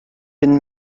been